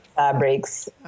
fabrics